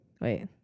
Wait